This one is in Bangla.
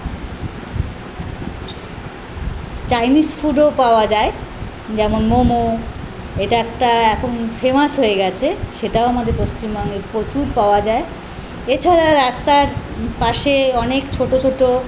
চাইনিস ফুডও পাওয়া যায় যেমন মোমো এটা একটা এখন ফেমাস হয়ে গেছে সেটাও আমাদের পশ্চিমবঙ্গে প্রচুর পাওয়া যায় এছাড়া রাস্তার পাশে অনেক ছোটো ছোটো